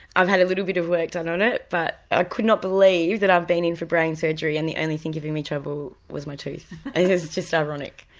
i've had a little bit of work done on it but i could not believe that i'd um been in for brain surgery and the only thing giving me trouble was my tooth. it was just ironic.